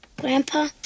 Grandpa